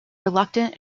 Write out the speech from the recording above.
reluctant